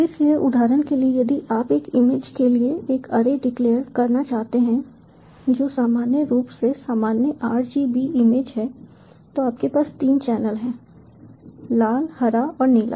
इसलिए उदाहरण के लिए यदि आप एक इमेज के लिए एक अरे डिक्लेयर करना चाहते हैं जो सामान्य रूप से सामान्य rgb इमेज है तो आपके पास तीन चैनल हैं लाल हरा और नीला